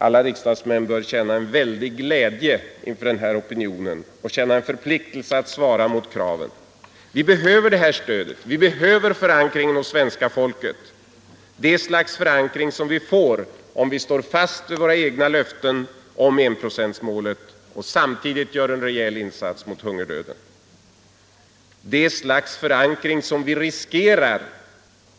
Alla riksdagsmän bör känna en väldig glädje inför denna opinion och känna en förpliktelse att svara mot dess krav. Vi behöver detta stöd. Vi behöver denna förankring hos svenska folket — det slags förankring som vi får om vi beslutar oss för att stå fast vid riksdagens” löfte om enprocentsmålet och samtidigt göra en rejäl insats mot hungerdöden. Det slags förankring som vi riskerar